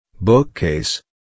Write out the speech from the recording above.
Bookcase